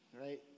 Right